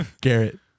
Garrett